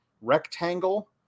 rectangle